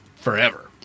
Forever